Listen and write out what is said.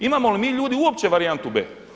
Imamo li mi ljudi uopće varijantu b?